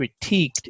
critiqued